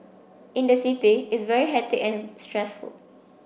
in the city it's very hectic and stressful